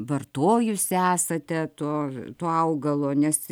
vartojusi esate to to augalo nes